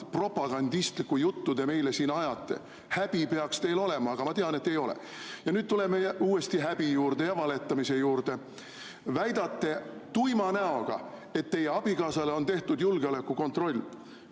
propagandistlikku juttu te meile siin ajate? Häbi peaks teil olema! Aga ma tean, et ei ole. Ja nüüd tuleme uuesti häbi juurde ja valetamise juurde. Väidate tuima näoga, et teie abikaasale on tehtud julgeolekukontroll.